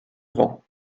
vent